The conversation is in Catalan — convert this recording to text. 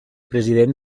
president